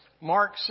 Mark